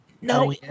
no